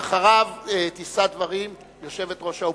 ואחריו תישא דברים יושבת-ראש האופוזיציה.